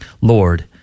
lord